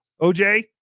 OJ